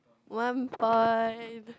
one pint